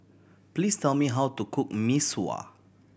please tell me how to cook Mee Sua